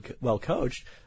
well-coached